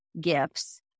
gifts